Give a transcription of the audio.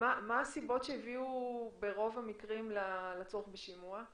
הסיבות שהביאו ברוב המקרים לצורך בשימוע?